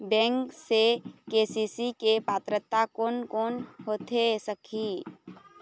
Bank से KCC के पात्रता कोन कौन होथे सकही?